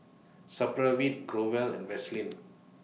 Supravit Growell and Vaselin